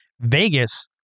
Vegas